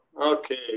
Okay